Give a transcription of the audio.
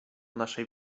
naszej